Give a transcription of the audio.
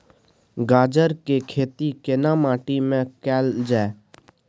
गाजर के खेती केना माटी में कैल जाए?